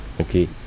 okay